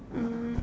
um